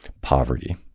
poverty